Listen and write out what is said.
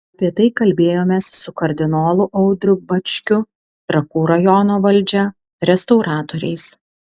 apie tai kalbėjomės su kardinolu audriu bačkiu trakų rajono valdžia restauratoriais